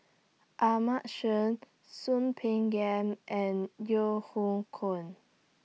Ahmad Soon Peng Yam and Yeo Hoe Koon